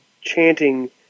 chanting